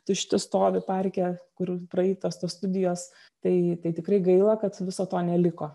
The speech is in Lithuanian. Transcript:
tušti stovi parke kur praeitos tos studijos tai tai tikrai gaila kad viso to neliko